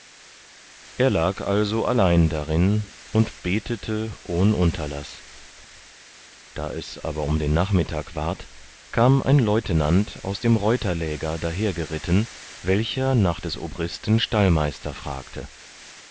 er lag also allein darin und betete ohn unterlaß da es aber um den nachmittag ward kam ein leutenant aus dem reuterläger dahergeritten welcher noch des obristen stallmeister fragte